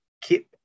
Keep